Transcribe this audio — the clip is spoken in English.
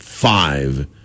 Five